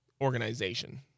organization